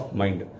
mind